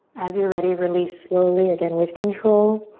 as you're ready, release slowly again with control.